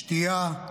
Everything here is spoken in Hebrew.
בשתייה,